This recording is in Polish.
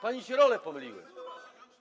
Pani się role pomyliły.